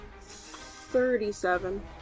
Thirty-seven